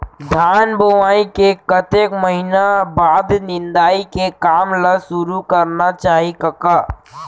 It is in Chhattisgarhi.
धान बोवई के कतेक महिना बाद निंदाई के काम ल सुरू करना चाही कका?